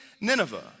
Nineveh